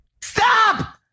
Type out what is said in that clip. Stop